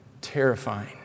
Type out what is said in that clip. terrifying